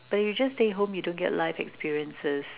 but you just stay home you don't get life experiences